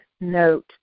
note